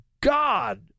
God